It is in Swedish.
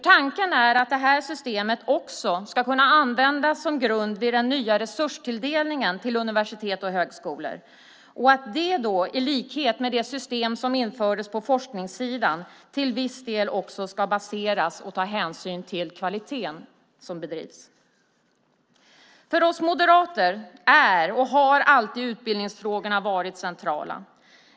Tanken är att det här systemet också ska kunna användas som grund i den nya resurstilldelningen till universitet och högskolor och att det då, i likhet med det system som infördes på forskningssidan, till viss del också ska baseras på och ta hänsyn till kvaliteten på den verksamhet som bedrivs. För oss moderater är och har utbildningsfrågorna alltid varit centrala.